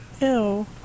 Ew